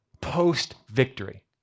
post-victory